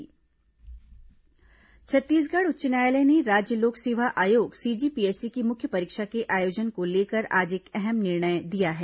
high court PSC जांच छत्तीसगढ़ उच्च न्यायालय ने राज्य लोक सेवा आयोग सीजी पीएससी की मुख्य परीक्षा के आयोजन को लेकर आज एक अहम निर्णय दिया है